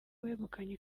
wegukanye